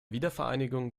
wiedervereinigung